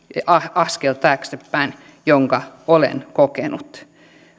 askel taaksepäin jonka olen kokenut